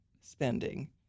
spending